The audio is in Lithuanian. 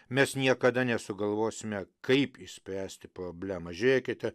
mes niekada nesugalvosime kaip išspręsti problemą žiūrėkite